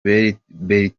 bertine